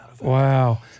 Wow